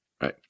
Right